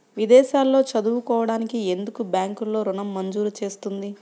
విదేశాల్లో చదువుకోవడానికి ఎందుకు బ్యాంక్లలో ఋణం మంజూరు చేస్తుంది?